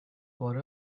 for